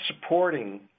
supporting